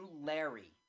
Larry